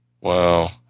Wow